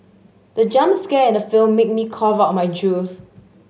the jump scare in the film made me cough out my juice